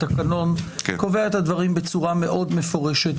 בתקנון קובע את הדברים בצורה מאוד מפורשת.